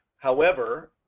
however,